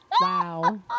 Wow